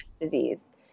disease